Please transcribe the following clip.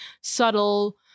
subtle